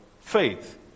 Faith